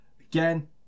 Again